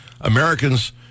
Americans